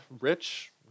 rich